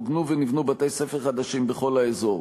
מוגנו ונבנו בתי-ספר חדשים בכל האזור,